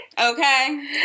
Okay